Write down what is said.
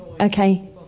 Okay